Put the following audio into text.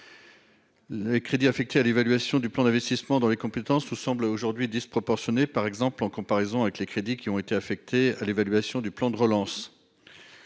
Les crédits affectés à l'évaluation du plan d'investissement dans les compétences semblent aujourd'hui disproportionnées, par exemple, en comparaison avec les crédits qui ont été affectés à l'évaluation du plan de relance